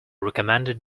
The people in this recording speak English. recommended